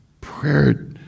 prayer